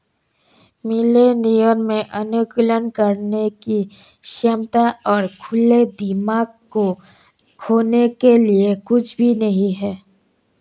millennial में अनुकूलन करने की क्षमता और खुले दिमाग को खोने के लिए कुछ भी नहीं है